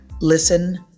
Listen